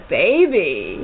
baby